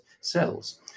cells